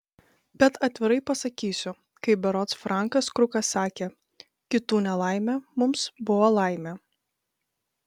bet atvirai pasakysiu kaip berods frankas krukas sakė kitų nelaimė mums buvo laimė